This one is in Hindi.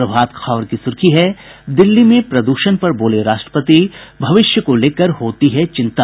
प्रभात खबर की सुर्खी है दिल्ली में प्रद्षण पर बोले राष्ट्रपति भविष्य को लेकर होती है चिंता